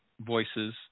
voices